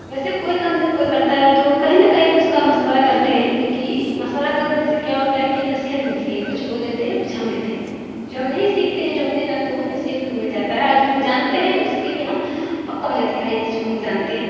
ویسے کوئی کام جب کوئی کرتا ہے تو کہیں نہ کہیں اس کا مشورہ کرتے ہیں کیوںکہ مشورہ کرنے سے کیا ہوتا ہے کہ نصیحت ملتی ہے کچھ وہ دیتے ہیں کچھ ہم لیتے ہیں جو ہم نہیں سیکھتے ہیں جو ہم نہیں جانتے ہیں وہ بھی سیکھنے کو مل جاتا ہے آ جو ہم جانتے ہیں اس کے لیے ہم پکا ہو جاتے ہیں کہ ہاں اس چیز کو ہم جانتے ہیں